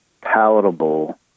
palatable